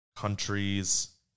Countries